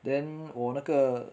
then 我那个